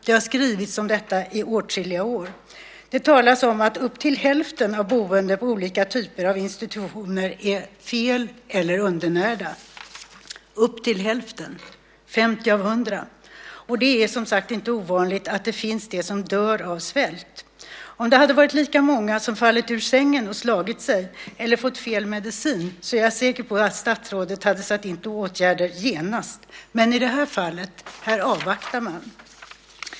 Det har skrivits om detta i åtskilliga år. Det talas om att upp till hälften av boende på olika typer av institutioner är fel eller undernärda. Upp till hälften - det är 50 av 100. Det är som sagt inte heller ovanligt att människor dör av svält. Om det hade varit lika många som hade fallit ur sängen och slagit sig eller fått fel medicin så är jag säker på att statsrådet hade satt in åtgärder genast. Men i det här fallet avvaktar man.